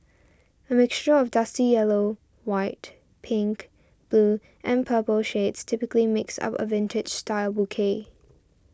a mixture of dusty yellow white pink blue and purple shades typically makes up a vintage style bouquet